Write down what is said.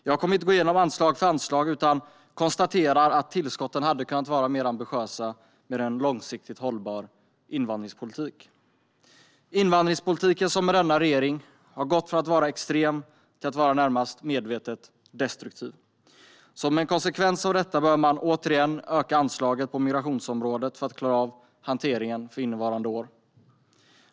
Jag kommer inte att gå igenom detta anslag för anslag, utan jag konstaterar att tillskotten hade kunnat vara mer ambitiösa med en långsiktigt hållbar invandringspolitik. Invandringspolitiken har med denna regering gått från att vara extrem till att vara närmast medvetet destruktiv. Som en konsekvens av detta behöver man återigen öka anslaget på migrationsområdet för att klara av hanteringen för innevarande år.